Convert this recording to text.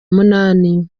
munani